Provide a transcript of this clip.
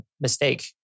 mistake